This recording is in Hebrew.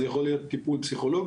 זה יכול להיות טיפול פסיכולוגי,